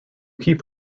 keep